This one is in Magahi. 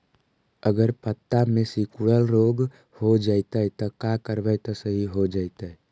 अगर पत्ता में सिकुड़न रोग हो जैतै त का करबै त सहि हो जैतै?